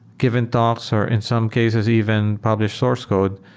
given talks, or in some cases even published source code,